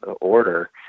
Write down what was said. order